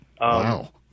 Wow